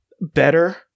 better